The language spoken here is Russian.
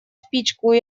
спичку